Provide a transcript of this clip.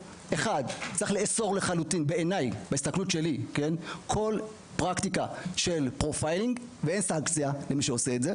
צריך לאסור לחלוטין כל פרקטיקה של --- וסנקציה על מי שעושה את זה,